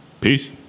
peace